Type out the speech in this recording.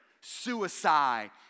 suicide